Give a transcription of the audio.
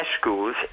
schools